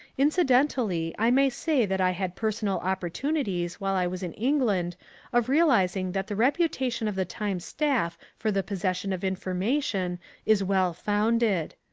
incidentally i may say that i had personal opportunities while i was in england of realising that the reputation of the times staff for the possession of information is well founded.